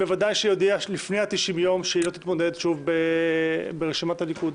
בוודאי שהיא הודיעה לפני ה-90 יום שהיא לא תתמודד שוב ברשימת הליכוד.